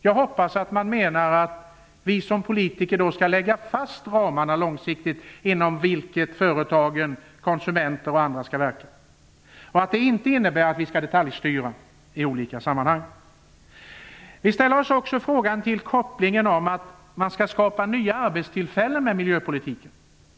Jag hoppas att man menar att vi som politiker långsiktigt skall lägga fast ramarna inom vilka företag, konsumenter och andra skall verka och att vi inte skall detaljstyra i olika sammanhang. Vi ställer oss också frågande till kopplingen att man med miljöpolitiken skall skapa nya arbetstillfällen.